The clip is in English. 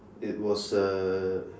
it was a